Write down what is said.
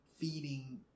feeding